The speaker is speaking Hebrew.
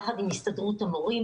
יחד עם הסתדרות המורים.